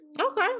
Okay